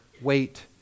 wait